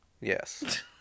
Yes